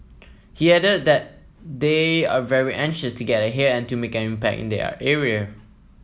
he added that they are very anxious to get ahead and to make an impact in their area